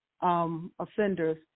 offenders